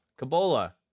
cabola